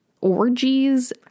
orgies